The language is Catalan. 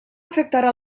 afectarà